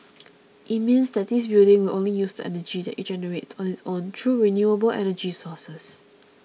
it means that this building will only use the energy that it generates on its own through renewable energy sources